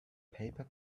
paper